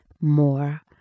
more